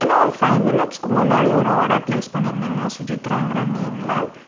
அண்ணா ஒரு ஃபை மினிட்ஸ்க்கு முன்னாடி ஒரு ஆர்டர் பிளேஸ் பண்ணிருந்தேங்கண்ணா சுஜித்ராங்கிற நேமில்